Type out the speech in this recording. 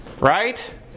right